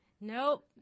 Nope